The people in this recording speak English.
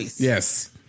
Yes